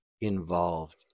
involved